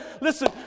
Listen